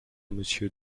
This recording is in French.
monsieur